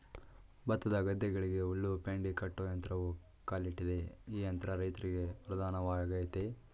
ಭತ್ತದ ಗದ್ದೆಗಳಿಗೆ ಹುಲ್ಲು ಪೆಂಡಿ ಕಟ್ಟೋ ಯಂತ್ರವೂ ಕಾಲಿಟ್ಟಿದೆ ಈ ಯಂತ್ರ ರೈತರಿಗೆ ವರದಾನವಾಗಯ್ತೆ